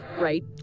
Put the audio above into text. right